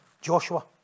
Joshua